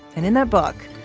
and in that book,